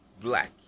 black